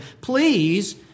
please